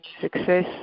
success